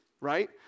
right